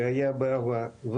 שהיה בעבר,